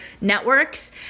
networks